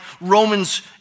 Romans